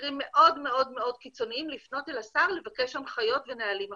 במקרים מאוד מאוד קיצוניים לפנות אל השר ולבקש הנחיות ונהלים אחרים.